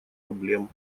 проблем